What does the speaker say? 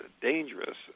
dangerous